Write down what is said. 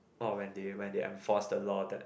or when they when they enforce the law that